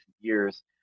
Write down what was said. years